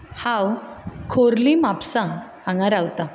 हांव खोर्ली म्हापसा हांगा रावता